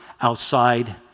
outside